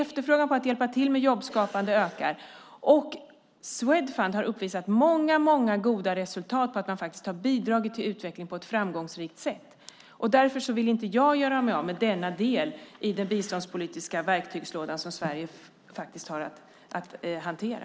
Efterfrågan på hjälp med jobbskapande ökar, och Swedfund har uppvisat många goda resultat där man faktiskt har bidragit till utveckling på ett framgångsrikt sätt. Därför vill inte jag göra mig av med denna del i den biståndspolitiska verktygslåda som Sverige har att hantera.